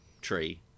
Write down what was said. tree